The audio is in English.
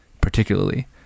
particularly